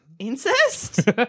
incest